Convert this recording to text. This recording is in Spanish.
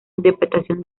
interpretación